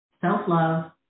self-love